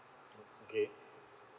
oh okay